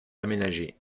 aménagé